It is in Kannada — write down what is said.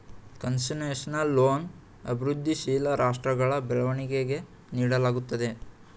ಕನ್ಸೆಷನಲ್ ಲೋನ್ ಅಭಿವೃದ್ಧಿಶೀಲ ರಾಷ್ಟ್ರಗಳ ಬೆಳವಣಿಗೆಗೆ ನೀಡಲಾಗುತ್ತದೆ